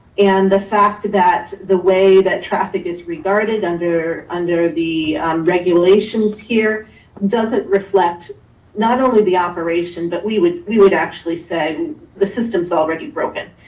and the fact that the way that traffic is regarded under under the regulations here does it reflect not only the operation, but we would we would actually say the system's already broken.